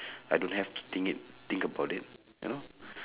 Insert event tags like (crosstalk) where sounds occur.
(breath) I don't have think it think about it you know